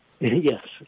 Yes